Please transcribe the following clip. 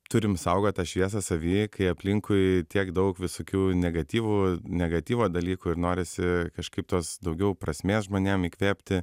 turim saugot tą šviesą savy kai aplinkui tiek daug visokių negatyvų negatyvo dalykų ir norisi kažkaip tos daugiau prasmės žmonėm įkvėpti